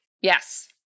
Yes